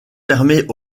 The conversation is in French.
permet